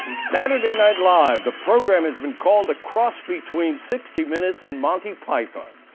saturday night live. the program has been called a cross between sixty minutes and monte python.